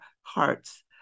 hearts